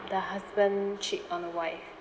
the husband cheat on the wife